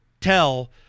tell